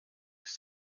ist